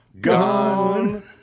gone